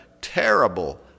terrible